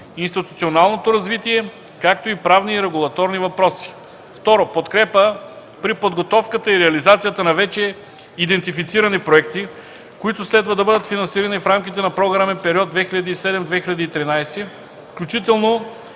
институционалното развитие, както и правни и регулаторни въпроси. 2. Подкрепа при подготовката и реализацията на вече идентифицирани проекти, които следва да бъдат финансирани в рамките на програмен период 2007-2013 г., включително